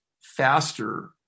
faster